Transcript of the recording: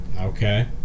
Okay